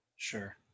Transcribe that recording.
Sure